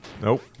Nope